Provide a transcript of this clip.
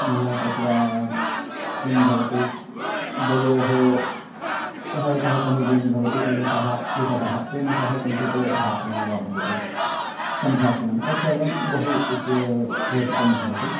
पुनः तत्र किं भवति द्वयोः सः एकः कमिडियन् भवति तेन सह विटपः तेन सः किञ्चित् भाषणं वा भवतु सम्भाषणं तत्सर्वं बहु उच् रोचकं भवति